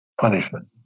punishment